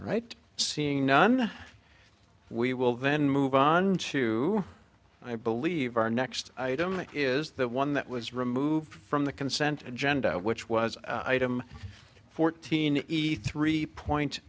right seeing none we will then move on to i believe our next item is the one that was removed from the consent and gender which was item fourteen eat three point